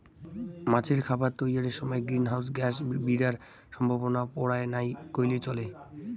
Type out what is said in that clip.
মাছের খাবার তৈয়ারের সমায় গ্রীন হাউস গ্যাস বিরার সম্ভাবনা পরায় নাই কইলেই চলে